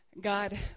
God